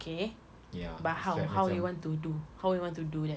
okay but how how you want to do how you want to do that